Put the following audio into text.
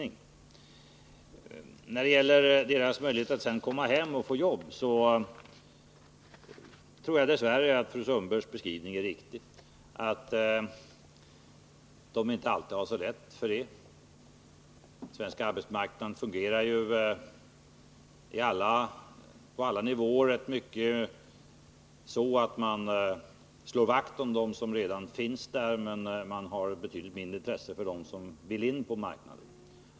När det sedan gäller deras möjligheter att komma hem och få arbete tror jag att fru Sundbergs beskrivning är riktig. De har nog inte alltid så lätt att få arbete. Den svenska arbetsmarknaden fungerar på alla nivåer i rätt stor utsträckning så, att man slår vakt om dem som redan har arbete samtidigt som man har betydligt mindre intresse för dem som vill in på marknaden.